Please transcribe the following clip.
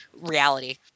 reality